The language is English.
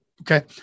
Okay